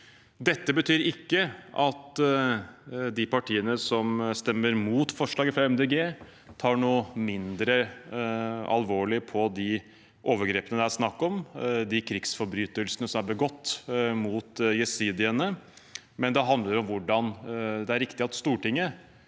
Dette betyr ikke at de partiene som stemmer mot forslaget fra Miljøpartiet De Grønne, tar noe mindre alvorlig på de overgrepene det er snakk om, de krigsforbrytelsene som er begått mot jesidiene, men det handler om hvordan det er riktig at Stortinget